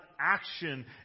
action